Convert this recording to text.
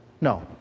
No